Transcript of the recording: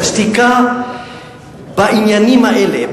השתיקה בעניינים האלה,